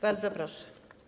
Bardzo proszę.